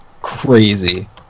crazy